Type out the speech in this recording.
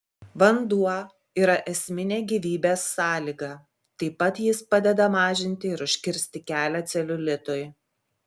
vanduo yra esminė gyvybės sąlyga taip pat jis padeda mažinti ir užkirsti kelią celiulitui